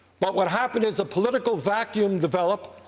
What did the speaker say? but what happened is a political vacuum developed.